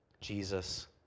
Jesus